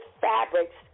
fabrics